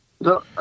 no